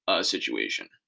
situation